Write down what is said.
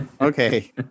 Okay